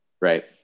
Right